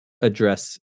address